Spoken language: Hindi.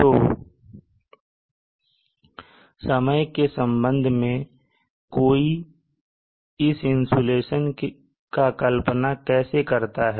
तो समय के संबंध में कोई इस इंसुलेशन का कल्पना कैसे करता है